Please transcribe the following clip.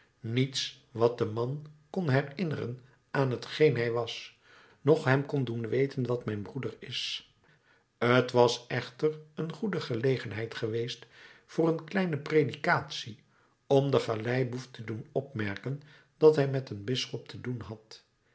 niets wat den man kon herinneren aan t geen hij was noch hem kon doen weten wat mijn broeder is t was echter een goede gelegenheid geweest voor een kleine predikatie om den galeiboef te doen opmerken dat hij met een bisschop te doen had